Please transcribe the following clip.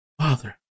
Father